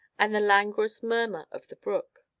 and the languorous murmur of the brook.